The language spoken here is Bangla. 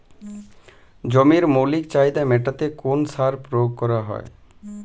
জমির মৌলিক চাহিদা মেটাতে কোন সার প্রয়োগ করা হয়?